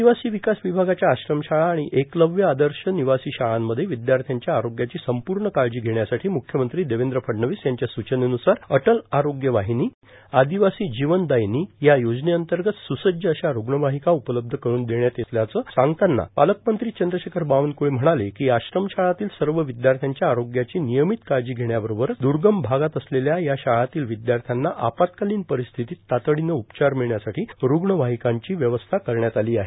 आर्ादवासी र्विकास र्विभागाच्या आश्रम शाळा आर्ाण एकलव्य आदश र्विनवासी शाळांमध्ये विदयाथ्याच्या आरोग्याची संपूण काळजी घेण्यासाठां मुख्यमंत्री देवद्र फडणवीस यांच्या सूचनेनुसार अटल आरोग्य वर्गाहनी आर्मादवासी जीवनदार्ायनी या योजनतगत स्रसज्ज अशा रुग्णवााहका उपलब्ध करुन देण्यात येत असल्याचं सांगताना पालकमंत्री चंद्रशेखर बावनक्ळे म्हणाले कॉ आश्रम शाळातील सव र्थावद्याथ्याच्या आरोग्याची निर्यामत काळजी घेण्याबरोबरच द्रगम भागात असलेल्या या शाळांतील विद्याथ्याना आपत्काालन पर्ारस्थितीत तातडीनं उपचार र्मिळण्यासाठी रुग्णवर्राहकांची व्यवस्था करण्यात आली आहे